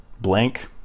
blank